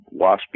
waspy